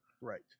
right